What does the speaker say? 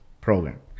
program